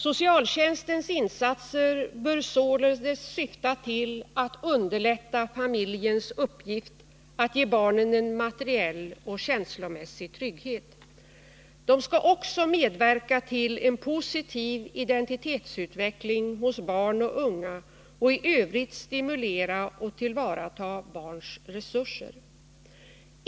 Socialtjänstens insatser bör således syfta till att underlätta familjens uppgift att ge barnen er materiell och känslomässig trygghet. De skall också medverka till en positiv identitetsutveckling hos barn och unga och i övrigt stimulera och tillvarata barns resurser.